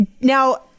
Now